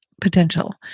potential